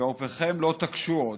וערפכם לא תקשו עוד.